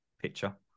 picture